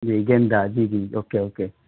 جی گیندا جی جی اوکے اوکے